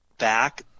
back